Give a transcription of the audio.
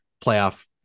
playoff